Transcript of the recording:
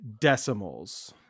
decimals